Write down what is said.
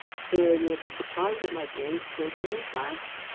so, you'll be surprised at my games programming class.